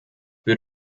für